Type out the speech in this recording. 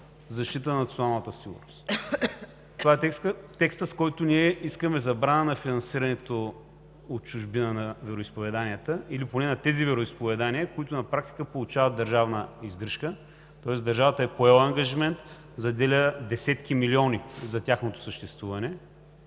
защитата на националната сигурност. Това е текстът, с който ние искаме забрана на финансирането от чужбина на вероизповеданията, или поне на тези вероизповедания, които на практика получават държавна издръжка, тоест държавата е поела ангажимент, заделя десетки милиони за тяхното съществуване.